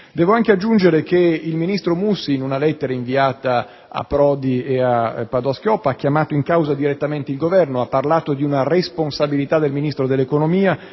Devo anche aggiungere che il ministro Mussi, in una lettera inviata al presidente Prodi e al ministro Padoa-Schioppa, ha chiamato in causa direttamente il Governo; ha parlato di una responsabilità del Ministro dell'economia